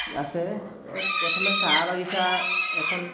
আছে ত' প্ৰথমে চাহ বাগিচা এখন